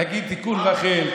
להגיד תיקון רחל,